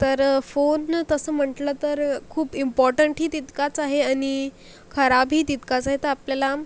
तर फोन तसं म्हटलं तर खूप इम्पॉर्टंटही तितकाच आहे आणि खराबही तितकाचं आहे तर आपल्यालाम